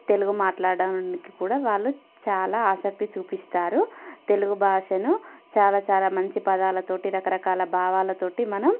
తెలుగు మాట్లాడడానికి కూడా వాళ్ళు చాలా ఆసక్తి చూపిస్తారు తెలుగు భాషను చాలా చాలా మంచి పదాలతో